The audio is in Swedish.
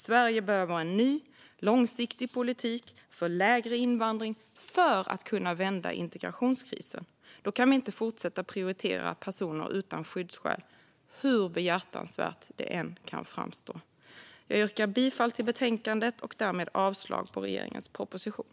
Sverige behöver en ny, långsiktig politik för lägre invandring - för att kunna vända integrationskrisen. Då kan vi inte fortsätta prioritera personer utan skyddsskäl, hur behjärtansvärt det än kan framstå. Jag yrkar bifall till förslaget i betänkandet och därmed avslag på regeringens proposition.